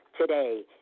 today